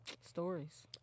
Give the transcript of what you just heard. Stories